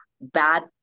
bad